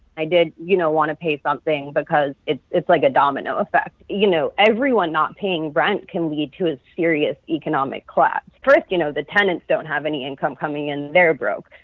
i did, you know, want to pay something because it's it's like a domino effect. you know, everyone not paying rent can lead to a serious economic collapse. first, you know, the tenants don't have any income coming in. they're broke.